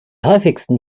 häufigsten